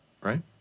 right